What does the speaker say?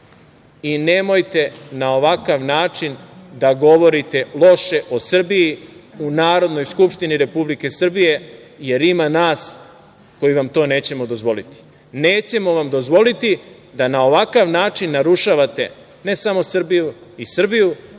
i nemojte na ovakav način da govorite loše o Srbiji u Narodnoj skupštini Republike Srbije, jer ima nas koji vam to nećemo dozvoliti. Nećemo vam dozvoliti da na ovakav način narušavate ne samo Srbiju i Srbiju,